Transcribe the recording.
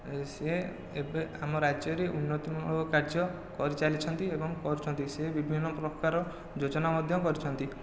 ସେ ଏବେ ଆମ ରାଜ୍ୟରେ ଉନ୍ନତି ମୂଳକ କାର୍ଯ୍ୟ କରିଚାଲିଛନ୍ତି ଏବଂ କରୁଛନ୍ତି ସେ ବିଭିନ୍ନ ପ୍ରକାର ଯୋଜନା ମଧ୍ୟ କରିଛନ୍ତି